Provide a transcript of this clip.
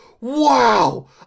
Wow